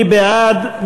מי בעד?